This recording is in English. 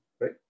right